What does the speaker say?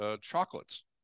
chocolates